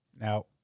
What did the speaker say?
Now